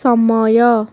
ସମୟ